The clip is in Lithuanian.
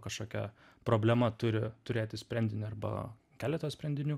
kažkokia problema turi turėti sprendinį arba keleta sprendinių